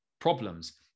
problems